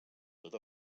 tot